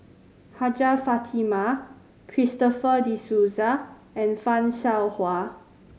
Hajjah Fatimah Christopher De Souza and Fan Shao Hua